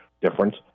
difference